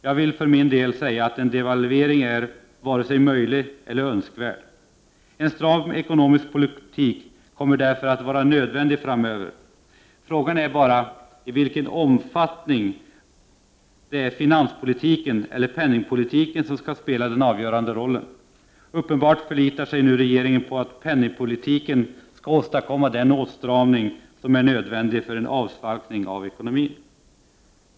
Jag vill för min del säga att en devalvering inte är vare sig möjlig eller önskvärd. En stram ekonomisk politik kommer därför att vara nödvändig framöver. Frågan är bara i vilken omfattning det är finanspolitiken eller penningpolitiken som skall spela den avgörande rollen. Uppenbart förlitar sig nu regeringen på att penningpolitiken skall åstadkomma den åstramning som är nödvändig för en avsvalkning av ekonomin.